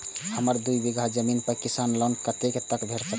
हमरा दूय बीगहा जमीन पर किसान लोन कतेक तक भेट सकतै?